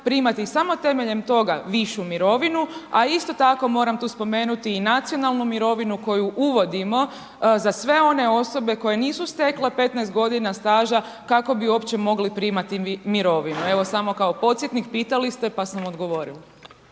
primati samo temeljem toga višu mirovinu. A isto tako moram tu spomenuti i nacionalnu mirovinu koju uvodimo za sve one osobe koje nisu stekle 15 godina staža kako bi uopće mogli primati mirovinu. Evo samo kao podsjetnik, pitali ste pa sam odgovorila.